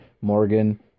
Morgan